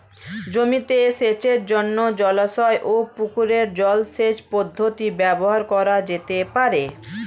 জমিতে সেচের জন্য জলাশয় ও পুকুরের জল সেচ পদ্ধতি ব্যবহার করা যেতে পারে?